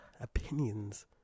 opinions